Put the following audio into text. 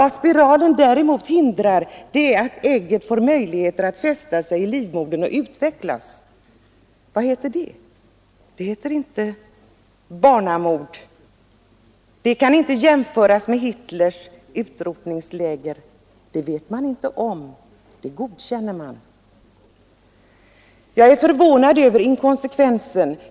Vad spiralen däremot hindrar är att ägget får möjlighet att fästa sig i livmodern och utvecklas. Vad heter det? Det heter inte barnamord, det kan inte jämföras med Hitlers utrotningsläger. Det man inte vet om, det godkänner man. Jag är förvånad över inkonsekvensen.